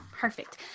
Perfect